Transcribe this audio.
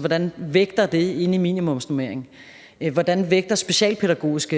hvordan vægter det inde i minimumsnormeringen? Hvordan vægter specialpædagogisk